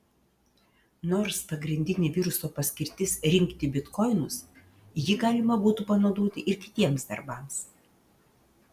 nors pagrindinė viruso paskirtis rinkti bitkoinus jį galima būtų panaudoti ir kitiems darbams